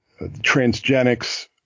transgenics